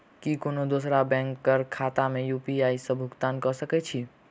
की कोनो दोसरो बैंक कऽ खाता मे यु.पी.आई सऽ भुगतान कऽ सकय छी?